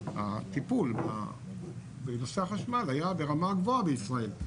הטיפול בנושא החשמל היה ברמה גבוהה בישראל.